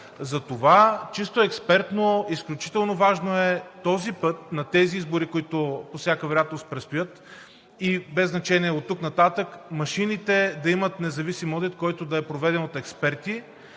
Затова чисто експертно, изключително важно е този път, на тези избори, които по всяка вероятност предстоят, и без значение оттук нататък, машините да имат независим одит, който да е проведен от експерти,